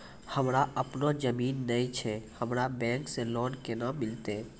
हमरा आपनौ जमीन नैय छै हमरा बैंक से लोन केना मिलतै?